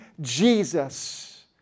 Jesus